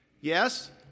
Yes